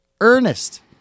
Ernest